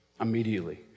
immediately